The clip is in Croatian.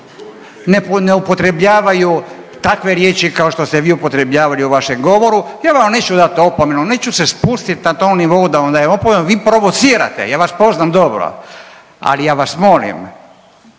Ne upotrebljavaju takve riječi kao što ste vi upotrebljavali u vašem govoru. Ja vam neću dati opomenu, neću se spustit na tom nivou da vam dajem opomenu. Vi provocirate, ja vas poznam dobro, ali ja vas molim